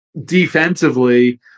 Defensively